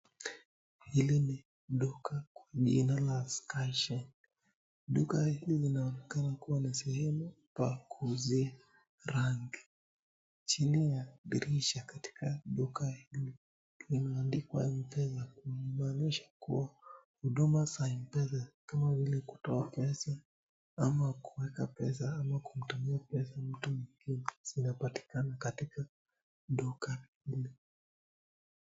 Hili ni duka kwa jina la Skyshine. Duka hili linaonekana kuwa na sehemu pa kuuzia rangi. Chini ya dirisha katika duka hilo limeandikwa M-pesa kuashiria kuwa huduma za M-pesa kama vile kutoa pesa ama kuweka pesa ama kumtumia pesa mtu mwingine zinapatikana katika duka hili.